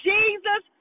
Jesus